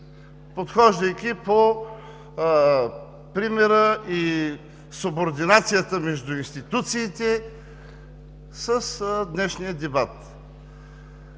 подхождайки по примера и субординацията между институциите с днешния дебат.